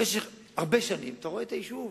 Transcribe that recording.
במשך הרבה שנים אתה רואה את היישוב,